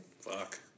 Fuck